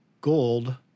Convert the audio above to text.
Gold